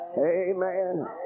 Amen